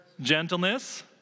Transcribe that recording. Gentleness